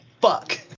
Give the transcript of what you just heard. fuck